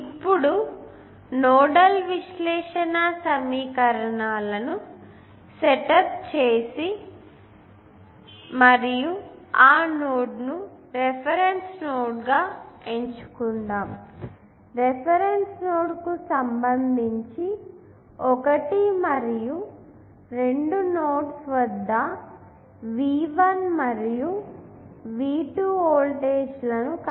ఇప్పుడు నోడల్ విశ్లేషణ సమీకరణాలను సెటప్ చేసి మరియు ఆ నోడ్ను రిఫరెన్స్ నోడ్గా ఎంచుకుందాం మరియు రిఫరెన్స్ నోడ్కు సంబంధించి 1 మరియు 2 నోడ్స్ వద్ద V1 మరియు V2 వోల్టేజ్లను కనుకుంటాను